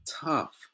tough